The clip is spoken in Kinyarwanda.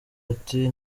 ati